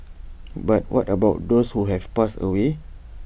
but what about those who have passed away